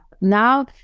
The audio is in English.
Now